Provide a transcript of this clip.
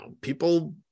people